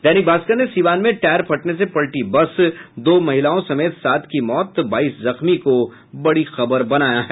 दैनिक भाष्कर ने सीवान में टायर फटने से पलटी बस दो महिलाओं समेत सात की मौत बाईस जख्मी को बड़ी खबर बनाया है